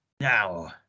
Now